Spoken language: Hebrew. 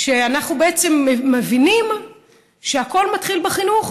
ואנחנו בעצם מבינים שהכול מתחיל בחינוך: